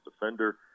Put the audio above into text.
defender